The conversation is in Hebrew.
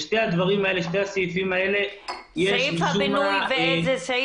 בשני הסעיפים האלה --- סעיף הבינוי ומה?